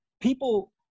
people